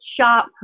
shop